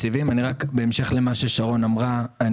בהמשך למה שאמרה שרון,